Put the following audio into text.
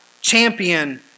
Champion